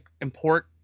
import